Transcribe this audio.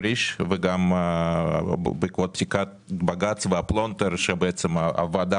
פריש וגם בעקבות פסיקת בג"ץ והפלונטר שבו הוועדה